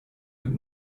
mit